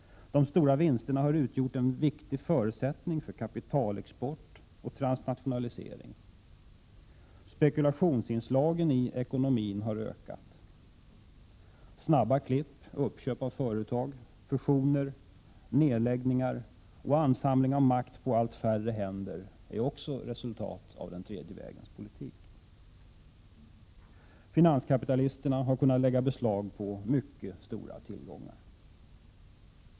De stora vinsterna har utgjort en viktig förutsättning för kapitalexport och transnationalisering. Spekulationsinslagen i ekonomin har ökat. Snabba klipp, uppköp av företag, fusioner, nedläggningar och en ansamling av makt på allt färre händer är också resultat av den tredje vägens politik. Finanskapitalisterna har kunnat lägga beslag på mycket stora tillgångar.